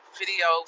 video